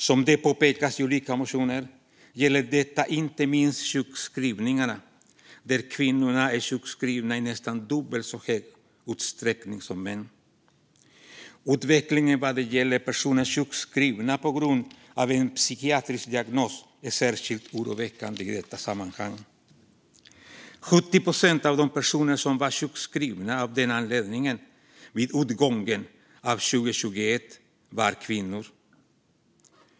Som påpekas i olika motioner gäller detta inte minst sjukskrivningarna; kvinnorna är sjukskrivna i nästan dubbelt så stor utsträckning som män. Utvecklingen vad gäller personer sjukskrivna på grund av en psykiatrisk diagnos är särskilt oroväckande i detta sammanhang. Av de personer som var sjukskrivna av den anledningen vid utgången av 2021 var 70 procent kvinnor.